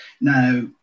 Now